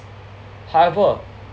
however